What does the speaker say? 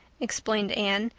explained anne.